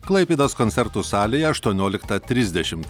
klaipėdos koncertų salėje aštuonioliktą trisdešimt